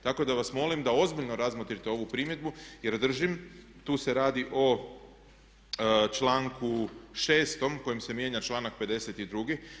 Tako da vas molim da ozbiljno razmotrite ovu primjedbu, jer držim tu se radi o članku 6. kojim se mijenja članak 52.